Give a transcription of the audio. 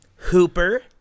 Hooper